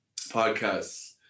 podcasts